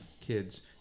kids